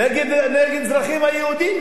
גזענית נגד אזרחים יהודים,